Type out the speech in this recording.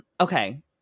okay